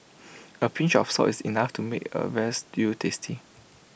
A pinch of salt is enough to make A Veal Stew tasty